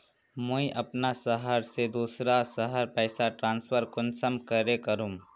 मुई अपना शहर से दूसरा शहर पैसा ट्रांसफर कुंसम करे करूम?